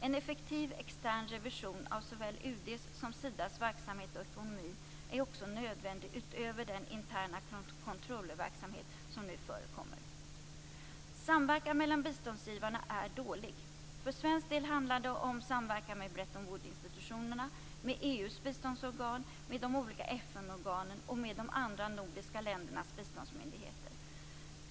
En effektiv extern revision av såväl UD:s som Sidas verksamhet och ekonomi är också nödvändig utöver den interna controllerverksamhet som nu förekommer. Samverkan mellan biståndsgivarna är dålig. För svensk del handlar det om samverkan med Bretton Woods-institutionerna, med EU:s biståndsorgan, med de olika FN-organen och med de andra nordiska ländernas biståndsmyndigheter.